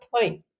point